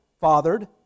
fathered